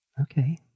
Okay